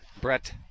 Brett